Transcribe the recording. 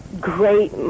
great